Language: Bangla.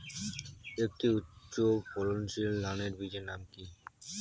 একটি উচ্চ ফলনশীল ধানের বীজের নাম কী?